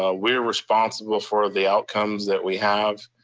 ah we're responsible for the outcomes that we have,